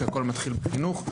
כי הכל מתחיל בחינוך.